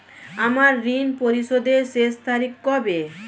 আমার ঋণ পরিশোধের শেষ তারিখ কবে?